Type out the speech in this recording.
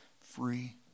free